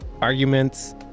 arguments